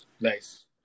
Nice